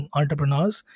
entrepreneurs